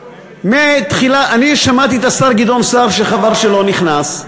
אני שמעתי את השר גדעון סער, חבל שהוא לא נכנס.